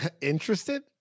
Interested